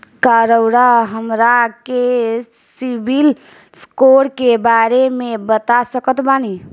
का रउआ हमरा के सिबिल स्कोर के बारे में बता सकत बानी?